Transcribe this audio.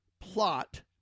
Plot